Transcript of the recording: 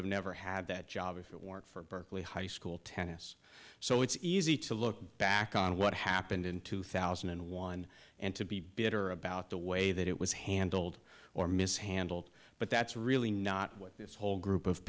have never had that job if it weren't for berkeley high school tennis so it's easy to look back on what happened in two thousand and one and to be bitter about the way that it was handled or mishandled but that's really not what this whole group of